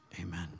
Amen